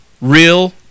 real